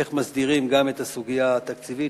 איך מסדירים גם את הסוגיה התקציבית,